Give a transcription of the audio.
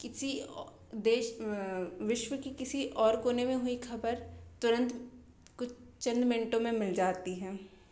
किसी देश विश्व की किसी और कोने में हुई खबर तुरंत कुछ चंद मिनटों में मिल जाती है